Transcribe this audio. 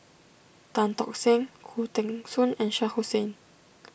Tan Tock Seng Khoo Teng Soon and Shah Hussain